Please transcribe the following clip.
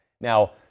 Now